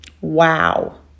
wow